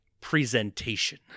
presentation